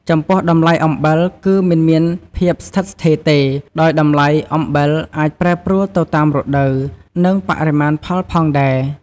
ចំពោះ តម្លៃអំបិលគឺមិនមានភាពស្ថិតស្ថេរទេ ដោយតម្លៃអំបិលអាចប្រែប្រួលទៅតាមរដូវ និងបរិមាណផលផងដែរ។